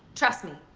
trust me.